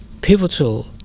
pivotal